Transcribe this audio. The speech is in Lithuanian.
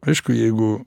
aišku jeigu